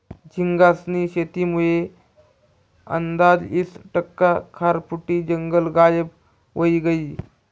झींगास्नी शेतीमुये आंदाज ईस टक्का खारफुटी जंगल गायब व्हयी गयं